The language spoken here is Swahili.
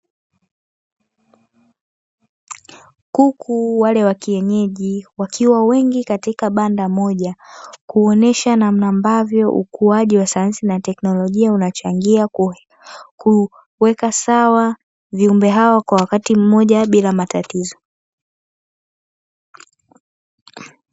Kuku wale wa kienyeji wakiwa wengi katika banda moja kuonyesha namna ambavyo ukuaji wa sayansi na teknolojia unachangia kuweka sawa viumbe hao kwa wakati mmoja bila matatizo.